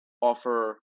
offer